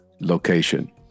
location